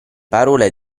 parole